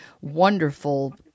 wonderful